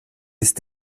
ist